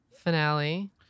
finale